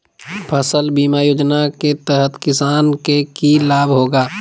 फसल बीमा योजना के तहत किसान के की लाभ होगा?